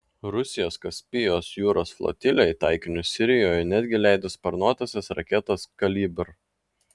rusijos kaspijos jūros flotilė į taikinius sirijoje netgi leido sparnuotąsias raketas kalibr